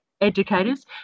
educators